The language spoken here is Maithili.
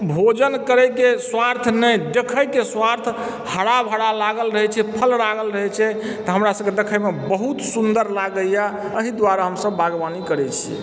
भोजन करयके स्वार्थ नहि देखयके स्वार्थ हरा भरा लागल रहैत छै फल लागल रहैत छै तऽ हमरासभकऽ देखयमे बहुत सुन्दर लागय यऽ एहि दुआरे हमसभ बागवानी करैत छियै